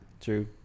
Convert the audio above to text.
True